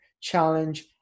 challenge